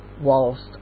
Whilst